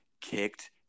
kicked